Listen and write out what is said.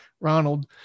Ronald